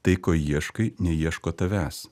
tai ko ieškai neieško tavęs